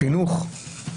חינוך?